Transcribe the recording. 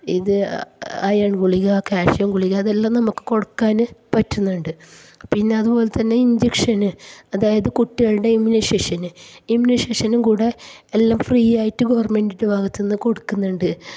ഇത് അയൺ ഗുളിക കാൽസ്യം ഗുളിക അതെല്ലാം നമുക്ക് കൊടുക്കാൻ പറ്റുന്നുണ്ട് പിന്നെ അതു പോലെ തന്നെ ഇഞ്ചക്ഷന് അതായത് കുട്ടികളുടെ ഇമ്മ്യൂണയ്സേഷന് ഇമ്മ്യൂണയ്സേഷനും കൂടെ എല്ലാം ഫ്രീ ആയിട്ട് ഗവൺമെൻറ്റിൻ്റെ ഭാഗത്തുനിന്ന് കൊടുക്കുന്നുണ്ട്